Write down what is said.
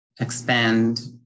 expand